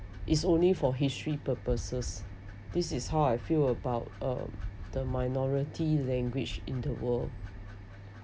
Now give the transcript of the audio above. is only for history purposes this is how I feel about uh the minority language in the world